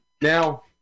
Now